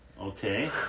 Okay